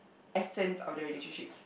essence of the relationship